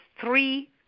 three